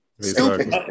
Stupid